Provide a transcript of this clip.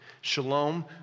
shalom